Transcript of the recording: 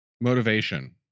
Motivation